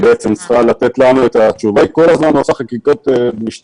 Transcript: צריכה לתת לנו את התשובות אבל היא כל הזמן עושה חקיקות משנה,